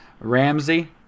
Ramsey